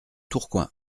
tourcoing